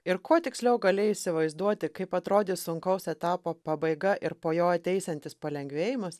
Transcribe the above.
ir kuo tiksliau gali įsivaizduoti kaip atrodė sunkaus etapo pabaiga ir po jo ateisiantis palengvėjimas